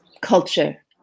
culture